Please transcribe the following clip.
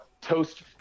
toast